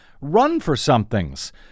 run-for-somethings